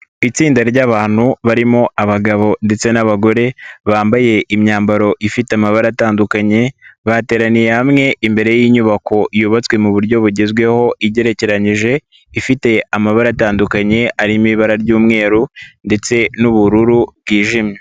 Itsinda ry'abantu barimo abagabo ndetse n'abagore, bambaye imyambaro ifite amabara atandukanye, bateraniye hamwe imbere y'inyubako yubatswe mu buryo bugezweho igeranije, ifite amabara atandukanye arimo ibara ry'umweru ndetse n'ubururu bwijimye.